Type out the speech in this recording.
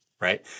right